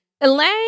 Elaine